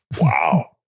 Wow